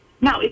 No